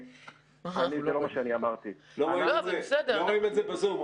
לא רואים את זה בזום.